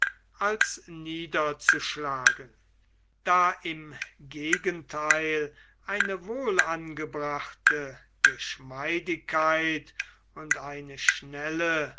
als niederzuschlagen da im gegenteil eine wohlangebrachte geschmeidigkeit und eine schnelle